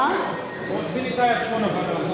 עורך-דין איתי עצמון.